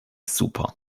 super